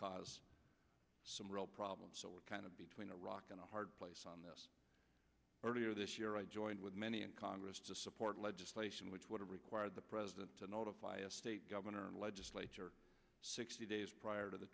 causes some real problems so we're kind of between a rock and a hard place earlier this year i joined with many in congress to support legislation which would have required the president to notify a state governor and legislature sixty days prior to the